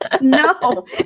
no